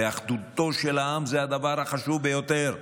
ואחדותו של העם זה הדבר החשוב ביותר.